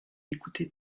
écoutez